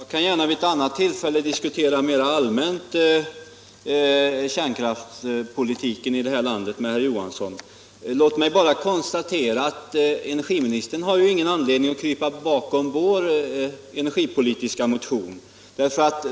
Herr talman! Jag skall gärna vid ett annat tillfälle mera allmänt med herr Johansson diskutera kärnkraftspolitiken i det här landet. Låt mig bara konstatera att energiministern har ingen anledning att krypa bakom vår energipolitiska motion.